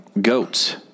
goats